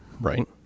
Right